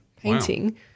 painting